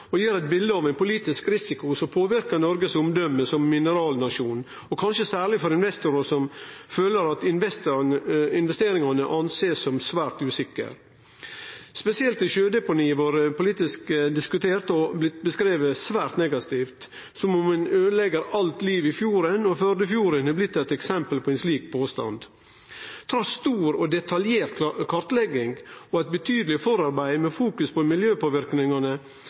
og gir eit bilde av ein politisk risiko som påverkar Noregs omdømme som mineralnasjon, og kanskje særleg for investorar, som føler at investeringane er å sjå på som svært usikre. Spesielt har sjødeponiet vore politisk diskutert og blitt beskrive svært negativt, som om ein øydelegg alt liv i fjorden – Førdefjorden er blitt eit eksempel på ein slik påstand. Trass stor og detaljert kartlegging og eit betydeleg forarbeid med fokus på